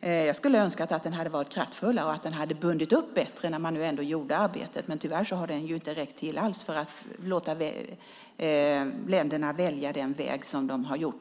Jag skulle ha önskat att deklarationen hade varit kraftfullare och bundit upp bättre när man nu ändå gjorde arbetet, men tyvärr har den inte räckt till alls för att låta länderna välja den väg de har gjort.